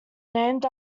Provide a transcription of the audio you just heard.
named